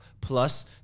plus